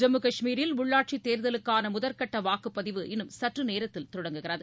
ஜம்மு கஷ்மீரில் உள்ளாட்சித் தேர்தலுக்கான முதற்கட்ட வாக்குப்பதிவு இன்னும் சற்று நேரத்தில் தொடங்குகிறது